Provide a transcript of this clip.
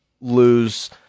lose